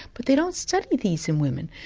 but they don't study these in women.